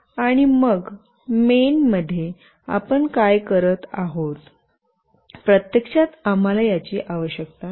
आणि मग मेन मध्ये आपण काय करत आहोत प्रत्यक्षात आम्हाला याची आवश्यकता नाही